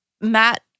Matt